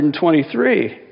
123